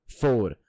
Four